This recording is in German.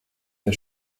der